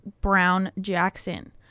Brown-Jackson